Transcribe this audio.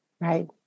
Right